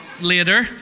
later